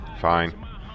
Fine